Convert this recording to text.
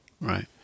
Right